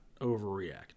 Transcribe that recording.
overreact